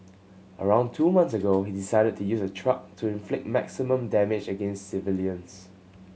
around two months ago he decided to use a truck to inflict maximum damage against civilians